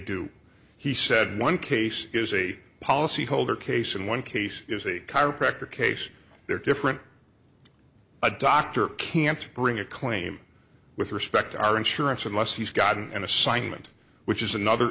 do he said one case is a policyholder case and one case is a chiropractor case they're different a doctor can't bring a claim with respect to our insurance unless he's gotten an assignment which is another